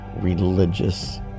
religious